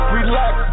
Relax